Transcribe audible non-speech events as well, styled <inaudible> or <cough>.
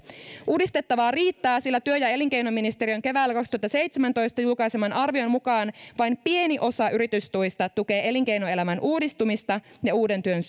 uudistettavaa riittää sillä työ ja elinkeinoministeriön keväällä kaksituhattaseitsemäntoista julkaiseman arvion mukaan vain pieni osa yritystuista tukee elinkeinoelämän uudistumista ja uuden työn <unintelligible>